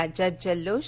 राज्यात जल्लोष